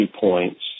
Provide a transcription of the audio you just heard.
points